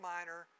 Minor